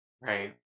right